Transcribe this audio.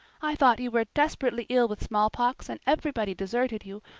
i thought you were desperately ill with smallpox and everybody deserted you,